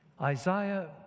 Isaiah